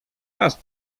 raz